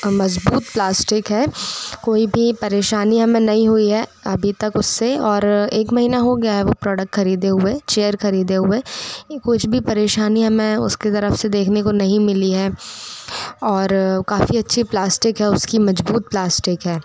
मजबूत प्लास्टिक है कोई भी परेशानी हमें नहीं हुई है अभी तक उससे और एक महीना हो गया है वह प्रोडक्ट ख़रीदे हुए चेयर ख़रीदे हुए कुछ भी परेशानी हमें उसकी तरफ से देखने को नहीं मिली है और काफ़ी अच्छी प्लास्टिक है उसकी मजबूत प्लास्टिक है